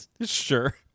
sure